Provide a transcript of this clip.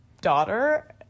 daughter